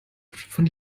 von